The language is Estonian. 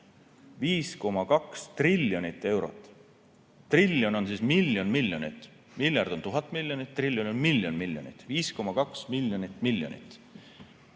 5,2 triljoni euro eest. Triljon on miljon miljonit. Miljard on tuhat miljonit ja triljon on miljon miljonit. Nii et 5,2 miljonit.